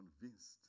convinced